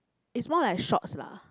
is more like shorts lah